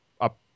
up